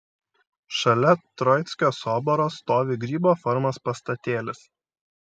šalia troickio soboro stovi grybo formos pastatėlis